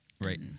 Right